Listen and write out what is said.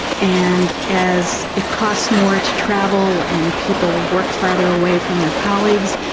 and as it costs more to travel and people work further away from their colleagues,